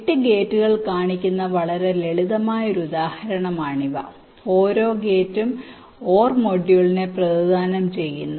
8 ഗേറ്റുകൾ കാണിക്കുന്ന വളരെ ലളിതമായ ഉദാഹരണമാണ് ഇവ ഓരോ ഗേറ്റും OR മൊഡ്യൂളിനെ പ്രതിനിധാനം ചെയ്യുന്നു